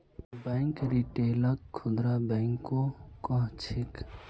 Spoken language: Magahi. बैंक रिटेलक खुदरा बैंको कह छेक